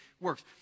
works